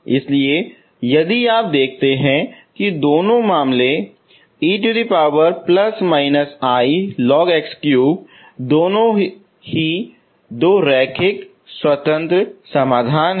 इसलिए यदि आप देखते हैं कि दोनों मामले e ±ilogx3 दोनों दो रैखिक स्वतंत्र समाधान हैं